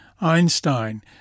Einstein